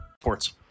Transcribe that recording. Ports